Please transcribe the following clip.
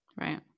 Right